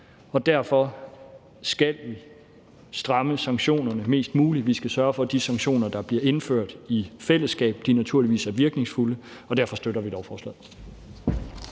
og derfor skal vi stramme sanktionerne mest muligt, og vi skal sørge for, at de sanktioner, der bliver indført i fællesskab, naturligvis er virkningsfulde, og derfor støtter vi lovforslaget.